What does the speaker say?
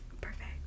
Perfect